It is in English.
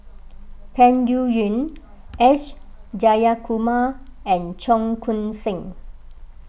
Peng Yuyun S Jayakumar and Cheong Koon Seng